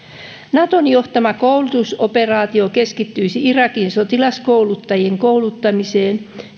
naton johtama koulutusoperaatio keskittyisi irakin sotilaskouluttajien kouluttamiseen